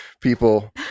people